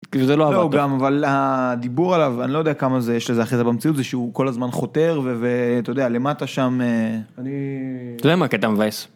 זה לא גם אבל הדיבור עליו אני לא יודע כמה זה יש לזה אחרי זה במציאות זה שהוא כל הזמן חותר ואתה יודע למה אתה שם אתה יודע מה הקטע המבאס.